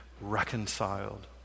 reconciled